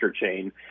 chain